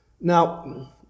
Now